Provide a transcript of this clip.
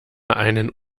einen